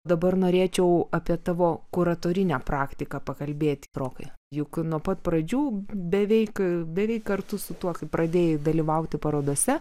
dabar norėčiau apie tavo kuratorinę praktiką pakalbėti rokai juk nuo pat pradžių beveik beveik kartu su tuo kai pradėjai dalyvauti parodose